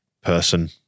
person